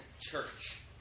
church